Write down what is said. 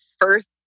first